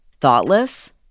thoughtless